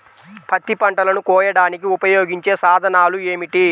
పత్తి పంటలను కోయడానికి ఉపయోగించే సాధనాలు ఏమిటీ?